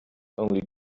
only